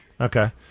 Okay